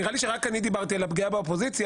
נראה לי שרק אני דיברתי על הפגיעה באופוזיציה.